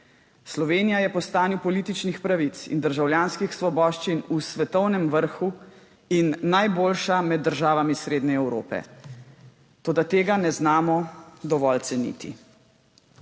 Slovenija je po stanju političnih pravic in državljanskih svoboščin v svetovnem vrhu in najboljša med državami srednje Evrope. Toda tega ne znamo dovolj ceniti.